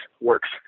works